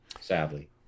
Sadly